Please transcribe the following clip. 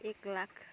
एक लाख